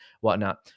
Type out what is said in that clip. whatnot